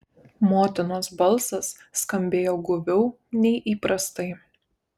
motinos balsas skambėjo guviau nei įprastai